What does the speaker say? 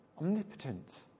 omnipotent